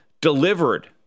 delivered